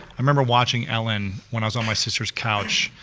i remember watching ellen when i was on my sister's couch.